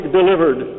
delivered